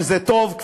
שזה טוב,